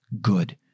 good